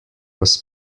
was